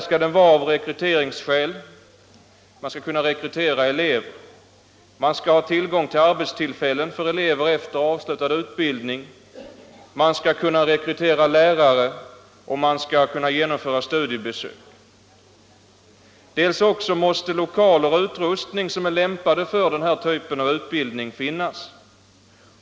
Man skall kunna rekrytera elever och ha tillgång till arbetstillfällen för eleverna efter avslutad utbildning. Man skall kunna rekrytera lärare och genomföra studiebesök. För det andra måste lokaler och utrustning som är lämpade för denna typ av utbildning finnas.